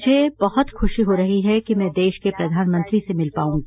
मुझे बहुत खुशी हो रही है कि मैं देश के प्रधानमंत्री से मिल पार्रंगी